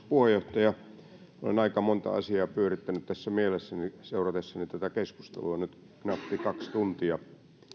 puheenjohtaja olen aika monta asiaa pyörittänyt tässä mielessäni seuratessani tätä keskustelua nyt nafti kaksi tuntia